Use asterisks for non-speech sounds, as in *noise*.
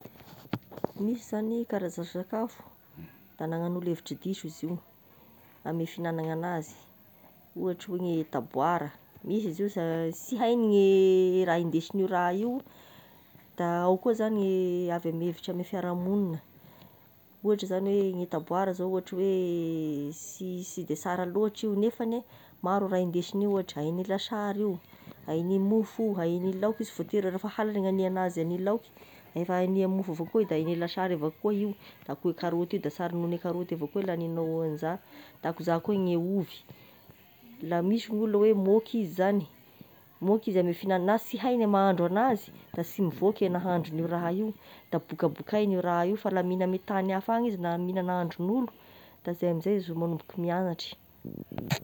Misy zagny karazan-sakafo da agnanan'olo hevitry diso izy io, ammin'ny fihignagnany angnazy, ohatry oe ny taboara misy izy io sa- sy haigny gny *hesitation* e raha hindesign'io raha io, da ao koa zagny avy amin'ny hevitra ame fiaraha-monigna, ohatry zagny hoe ny taboara zao ohatry hoe *hesitation* sy- sy de sara loatry io nefany e maro e raha hindesign'io ohatry ahigny lasary io, ahigny mofo io, ahigny laoky io, sy voatery rehefa halagny gn'hagny anazy agny laoky, efa hagny mofo avao koa io da ahigny lasary avao koa io da koa io karaoty io da sara nohone karaoty io laha hagnignao anzany da koa iza koa ny ovy, la misy gn'olo hoe môky izy zagny, môky izy amy fihignagnana azy na sy haigny e mahandro anazy da sy mivoaka, nahandron'io raha io, da bokabokaina io raha io, fa la mihign'ame tagny hafa agny izy na mihigna nahandron'olo, de zay amin'izay izy vao manomboky miagnatry.